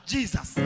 Jesus